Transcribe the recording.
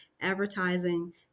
advertising